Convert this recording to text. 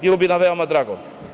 Bilo bi nam veoma drago.